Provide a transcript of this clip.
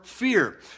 fear